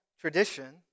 tradition